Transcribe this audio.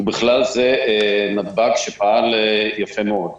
ובכלל זה נתב"ג שפעל יפה מאוד.